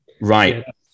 right